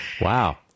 Wow